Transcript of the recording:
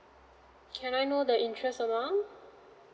can I know the interest amount